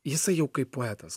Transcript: jisai jau kaip poetas